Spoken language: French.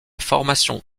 formation